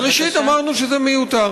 אז ראשית, אמרנו שזה מיותר.